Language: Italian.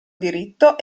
diritto